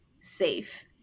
safe